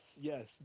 yes